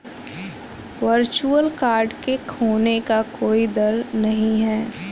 virtual card के खोने का कोई दर नहीं है